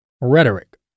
rhetoric